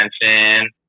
attention